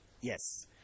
yes